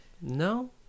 No